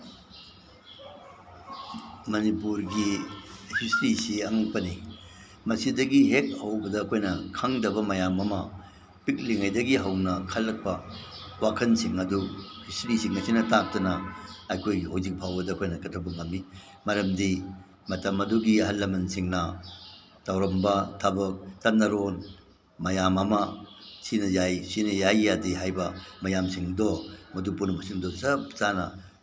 ꯃꯅꯤꯄꯨꯔꯒꯤ ꯍꯤꯁꯇ꯭ꯔꯤꯁꯤ ꯑꯉꯛꯄꯅꯤ ꯃꯁꯤꯗꯒꯤ ꯍꯦꯛ ꯍꯧꯕꯗ ꯑꯩꯈꯣꯏꯅ ꯈꯪꯗꯕ ꯃꯌꯥꯝ ꯑꯃ ꯄꯤꯛꯂꯤꯉꯩꯗꯒꯤ ꯍꯧꯅ ꯈꯜꯂꯛꯄ ꯋꯥꯈꯟꯁꯤꯡ ꯑꯗꯨ ꯍꯤꯁꯇ꯭ꯔꯤꯁꯤꯡ ꯑꯁꯤꯅ ꯇꯥꯛꯇꯅ ꯑꯩꯈꯣꯏꯒꯤ ꯍꯧꯖꯤꯛ ꯐꯥꯎꯕꯗ ꯑꯩꯈꯣꯏꯅ ꯀꯠꯊꯣꯛꯄ ꯉꯝꯃꯤ ꯃꯔꯝꯗꯤ ꯃꯇꯝ ꯑꯗꯨꯒꯤ ꯑꯍꯜ ꯂꯃꯟꯁꯤꯡꯅ ꯇꯧꯔꯝꯕ ꯊꯕꯛ ꯆꯠꯅꯔꯣꯟ ꯃꯌꯥꯝ ꯑꯃ ꯁꯤ ꯌꯥꯏ ꯁꯤꯅ ꯌꯥꯏ ꯌꯥꯗꯦ ꯍꯥꯏꯕ ꯃꯌꯥꯝꯁꯤꯡꯗꯣ ꯃꯗꯨ ꯄꯨꯝꯅꯃꯛꯁꯤꯡꯗꯣ ꯆꯞ ꯆꯥꯅ